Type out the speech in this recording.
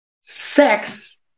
sex